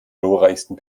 glorreichsten